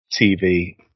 TV